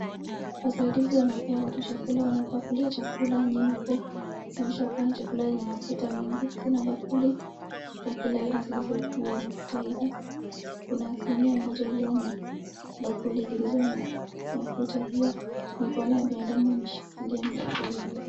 Wasaidizi wanapea watu chakula, wanapakulia watu chakula nyeupe kuonyesha ni chakula yenye mafuta mengi kuna bakuli za kila aina zilizo juu ya mafuta hilo kuna sinia moja iliyo na bakulia zilizo na mafuta hio mikono ya binadamu imeshikilia bakuli hizi.